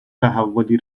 تحولی